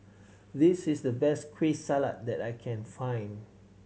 this is the best Kueh Salat that I can find